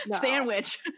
Sandwich